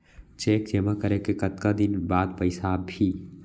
Cheque जेमा करे के कतका दिन बाद पइसा आप ही?